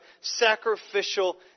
sacrificial